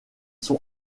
sont